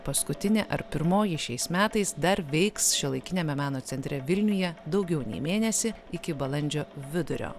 paskutinė ar pirmoji šiais metais dar veiks šiuolaikiniame meno centre vilniuje daugiau nei mėnesį iki balandžio vidurio